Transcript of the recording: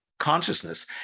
consciousness